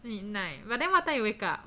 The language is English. midnight but then what time you wake up